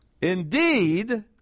Indeed